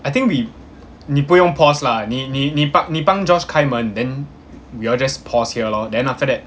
I think we 你不用 pause lah 你你你帮你帮 josh 开门 then we all just pause here lor then after that